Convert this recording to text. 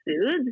foods